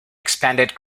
expanded